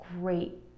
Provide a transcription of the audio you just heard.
great